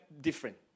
different